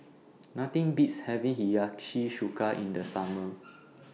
Nothing Beats having Hiyashi Chuka in The Summer